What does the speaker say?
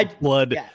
blood